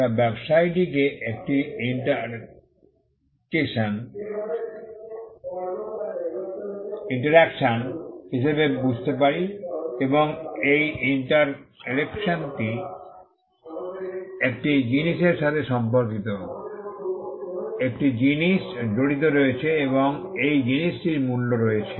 আমরা ব্যবসায়টিকে একটি ইন্টারকেশন হিসাবে বুঝতে পারি এবং এই ইন্টারকেশনটি একটি জিনিসের সাথে সম্পর্কিত একটি জিনিস জড়িত রয়েছে এবং এই জিনিসটির মূল্য রয়েছে